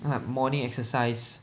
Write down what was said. like morning exercise